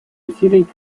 усилий